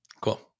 Cool